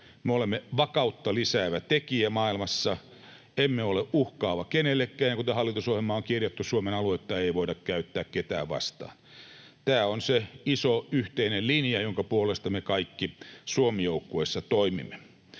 me olemme vakautta lisäävä tekijä maailmassa, emme ole uhkaava kenellekään, ja, kuten hallitusohjelmaan on kirjattu, Suomen aluetta ei voida käyttää ketään vastaan. Tämä on se iso yhteinen linja, jonka puolesta me kaikki Suomi-joukkueessa toimimme.